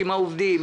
עם העובדים,